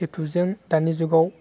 इउटुबजों दानि जुगाव